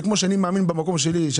זה כמו שאני מאמין במקום שלי.